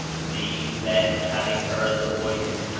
these, then, having heard the voice,